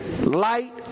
light